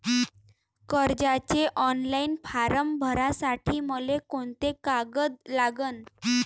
कर्जाचे online form भरासाठी मले कोंते कागद लागन?